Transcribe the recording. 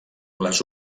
les